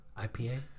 IPA